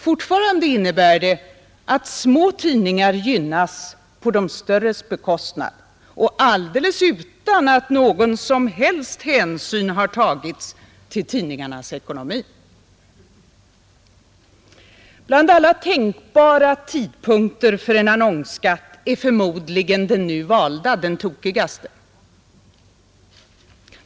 Fortfarande innebär det att små tidningar gynnas på de störres bekostnad och alldeles utan att någon som helst hänsyn har tagits till tidningarnas ekonomi. Bland alla tänkbara tidpunkter för införande av en annonsskatt är förmodligen den nu valda den tokigaste.